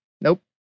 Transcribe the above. Nope